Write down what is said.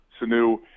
Sanu